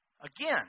Again